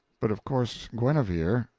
but, of course guenever